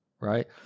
right